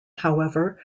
however